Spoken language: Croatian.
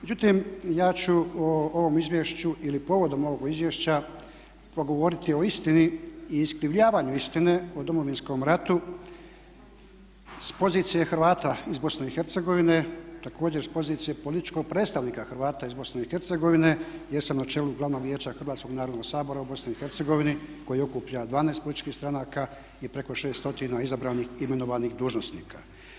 Međutim, ja ću o ovom izvješću ili povodom ovog izvješća progovoriti o istini i iskrivljavanju istine o Domovinskom ratu s pozicije Hrvata iz BiH, također s pozicije političkog predstavnika Hrvata iz BiH jer sam na čelu Glavnog vijeća Hrvatskog narodnog Sabora u BiH koji okuplja 12 političkih stranaka i preko 6 stotina izabranih, imenovanih dužnosnika.